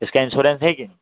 इसका एंश्यूरेंश है कि नहीं